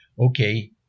okay